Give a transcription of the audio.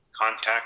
contact